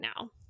now